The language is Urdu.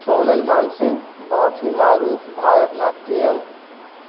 سونل مان سنگھ بہت ہی معروف بھارت ناٹیم